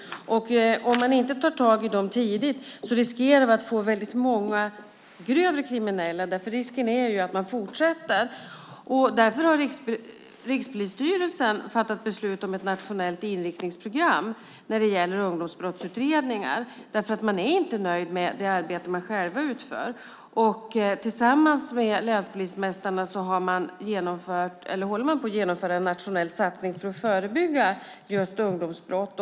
Om man inte tar tag i dem tidigt riskerar vi att få väldigt många grövre kriminella. Risken är att de fortsätter. Rikspolisstyrelsen har därför fattat beslut om ett nationellt inriktningsprogram när det gäller ungdomsbrottsutredningar. Man är inte nöjd med det arbete man själv utför. Tillsammans med länspolismästarna håller man på att genomföra en nationell satsning just för att förebygga ungdomsbrott.